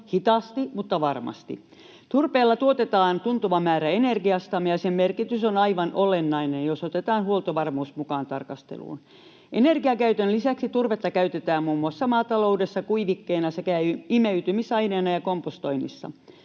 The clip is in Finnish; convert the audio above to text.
hitaasti mutta varmasti. Turpeella tuotetaan tuntuva määrä energiastamme, ja sen merkitys on aivan olennainen, jos otetaan huoltovarmuus mukaan tarkasteluun. Energiakäytön lisäksi turvetta käytetään muun muassa maataloudessa kuivikkeena sekä imeytymisaineena ja kompostoinnissa.